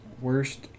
Worst